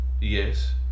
yes